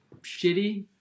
shitty